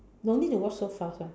don't need to walk so fast [one]